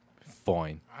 Fine